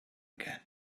again